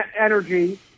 energy